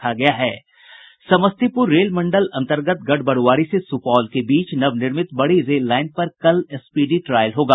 Samastipur rail मंडल अंतर्गत गढ़बरूआरी से सूपौल के बीच नवनिर्मित बड़ी रेललाईन पर कल स्पीडी ट्रायल होगा